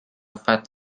fat